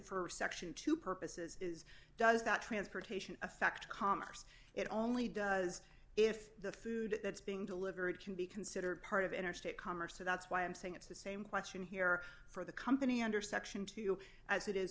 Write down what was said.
for section two purposes does that transportation affect commerce it only does if the food that's being delivered can be considered part of interstate commerce so that's why i'm saying it's the same question here for the company under section two as it is